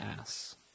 ass